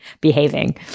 behaving